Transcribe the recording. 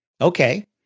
Okay